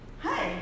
Hi